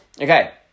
okay